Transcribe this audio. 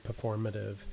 performative